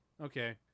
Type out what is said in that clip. Okay